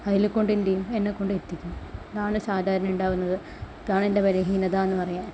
അതിൽ കൊണ്ടെന്തുചെയ്യും എന്നെക്കൊണ്ട് എത്തിക്കും ഇതാണ് സാധാരണ ഉണ്ടാവുന്നത് ഇതാണ് എൻ്റെ ബലഹീനതയെന്നു പറയുക